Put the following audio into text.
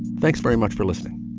thanks very much for listening